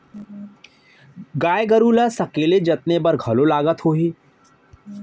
गाय गरू ल सकेले जतने बर घलौ लागत होही?